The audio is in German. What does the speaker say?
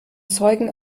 zeugen